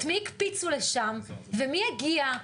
את מי הקציפו לשם ומי הגיע,